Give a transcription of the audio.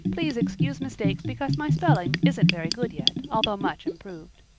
please excuse mistakes because my spelling isn't very good yet, although much improoved.